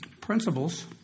principles